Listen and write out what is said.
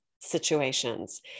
situations